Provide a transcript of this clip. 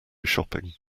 shopping